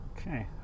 Okay